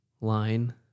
line